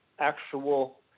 actual